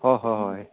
অঁ হয় হয়